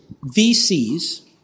VCs